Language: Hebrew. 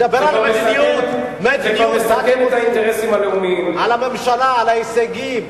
תדבר על מדיניות, על הממשלה, על ההישגים.